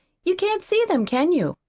you can't see them, can you?